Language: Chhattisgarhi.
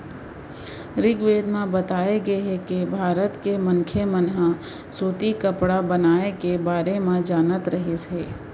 ऋगवेद म बताए गे हे के भारत के मनखे मन ह सूती कपड़ा बनाए के बारे म जानत रहिस हे